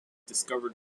discovered